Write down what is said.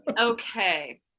okay